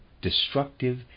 destructive